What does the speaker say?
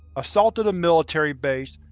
assaulted a military base,